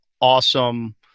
awesome